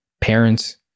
parents